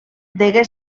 degué